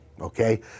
okay